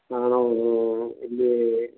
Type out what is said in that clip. ಹಾಂ ನಾವು ಇಲ್ಲಿ